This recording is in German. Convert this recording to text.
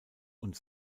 und